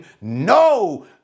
No